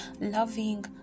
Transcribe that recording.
loving